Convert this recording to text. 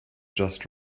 just